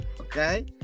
Okay